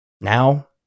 Now